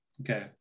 Okay